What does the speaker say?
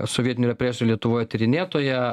sovietinių represijų lietuvoje tyrinėtoja